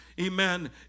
Amen